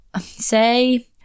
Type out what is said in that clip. say